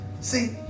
See